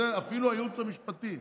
אפילו הייעוץ המשפטי,